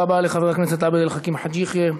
תודה רבה לחבר הכנסת עבד אל חכים חאג' יחיא.